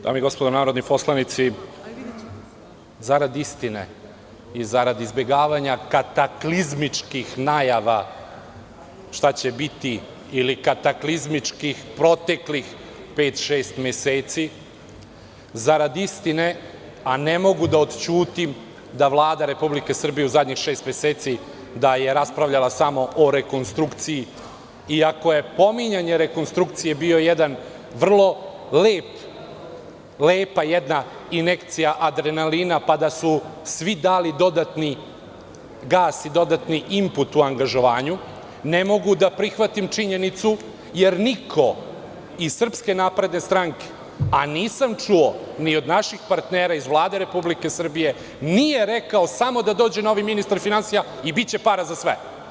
Dame i gospodo narodni poslanici, zarad istine i zarad izbegavanja kataklizmičkih najavi šta će biti ili kataklizmičkih proteklih pet, šest meseci, zarad istine, a ne mogu da odćutim da je Vlada Republike Srbije u zadnjih šest meseci raspravljala samo o rekonstrukciji iako je pominjanje rekonstrukcije bila jedna vrlo lepa injekcija adrenalina pa da su svi dali dodatni gas i dodatni input u angažovanju, ne mogu da prihvatim činjenicu, jer niko iz SNS, a nisam čuo ni od naših partnera iz Vlade Republike Srbije, nije rekao - samo da dođe novi ministar finansija i biće para za sve.